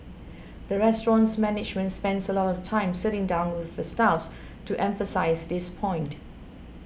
the restaurant's management spends a lot of time sitting down with the staffs to emphasise this point